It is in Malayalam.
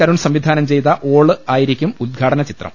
കരുൺ സംവിധാനം ചെയ്ത ഓള് ആയിരിക്കും ഉദ്ഘാന ചിത്രം